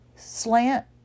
slant